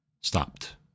stopped